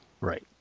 Right